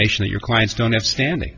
ation that your clients don't have standing